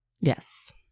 yes